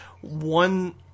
one